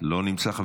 לא נמצא.